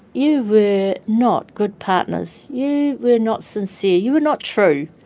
you were not good partners. you were not sincere. you were not true.